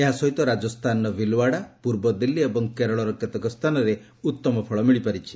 ଏହା ସହିତ ରାଜସ୍ଥାନର ଭିଲୱାଡ଼ା ପୂର୍ବଦିଲ୍ଲୀ ଏବଂ କେରଳର କେତେକ ସ୍ଥାନରେ ଉତ୍ତମ ଫଳ ମିଳିପାରିଛି